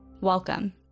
Welcome